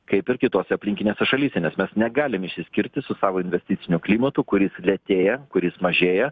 kaip ir kitose aplinkinėse šalyse nes mes negalim išsiskirti su savo investiciniu klimatu kuris lėtėja kuris mažėja